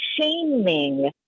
shaming